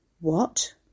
What